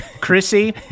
chrissy